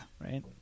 right